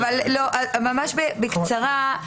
ממש בקצרה.